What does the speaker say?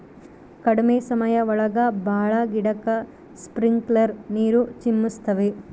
ಕಡ್ಮೆ ಸಮಯ ಒಳಗ ಭಾಳ ಗಿಡಕ್ಕೆ ಸ್ಪ್ರಿಂಕ್ಲರ್ ನೀರ್ ಚಿಮುಕಿಸ್ತವೆ